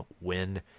win